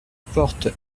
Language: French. porte